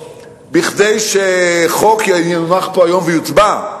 עקבות כדי שחוק יונח פה היום ויוצבע.